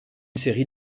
série